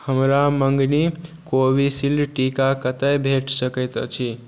हमरा मँगनी कोविशील्ड टीका कतऽ भेटि सकै अछि